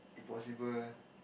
if possible